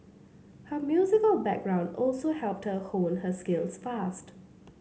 her musical background also helped her hone her skills fast